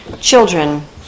Children